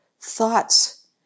thoughts